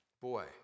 Boy